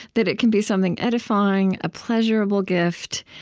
that it can be something edifying, a pleasurable gift.